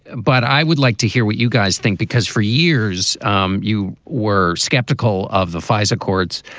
but i would like to hear what you guys think, because for years um you were skeptical of the fisa courts,